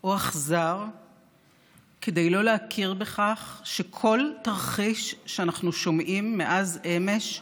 או אכזר כדי לא להכיר בכך שכל תרחיש שאנחנו שומעים מאז אמש,